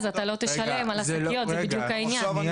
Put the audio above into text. משוכנע שאמרת מה אמרת.